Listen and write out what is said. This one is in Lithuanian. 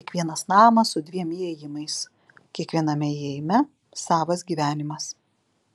kiekvienas namas su dviem įėjimais kiekviename įėjime savas gyvenimas